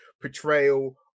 portrayal